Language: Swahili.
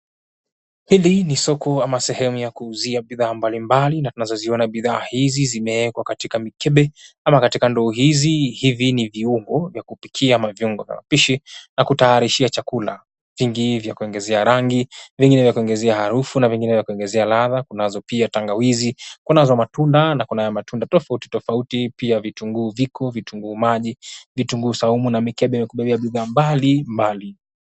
Hili ni soko ama sehemu ya kuuzia bidhaa mbalimbali na tunazoziona bidhaa hizi zimewekwa katika mikebe ama katika ndoo hizi hivi ni viungo vya kupikia ama vyombo vya upishi vya kutayarishia chakula, vingine vya kuongeza rangi, vingine vya kuongeza harufu na vingine vya kuongezea ladha, kunazo pia tangawizi, kunazo matunda na kunayo matunda tofauti tofauti pia vitunguu vipo, vitunguu maji, vitunguu saumu na mikebe ya kuekea bidhaa mbalimbali.